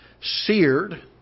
seared